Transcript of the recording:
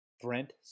Brent